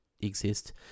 exist